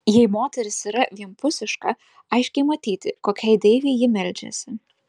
jei moteris yra vienpusiška aiškiai matyti kokiai deivei ji meldžiasi